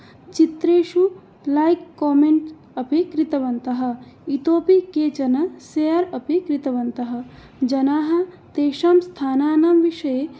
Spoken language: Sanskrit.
चित्रेषु लैक् कोमेण्ट् अपि कृतवन्तः इतोऽपि केचन सेर् अपि कृतवन्तः जनाः तेषां स्थानानां विषये